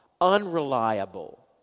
unreliable